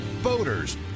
Boaters